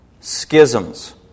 schisms